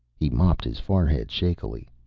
he mopped his forehead shakily.